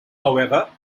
however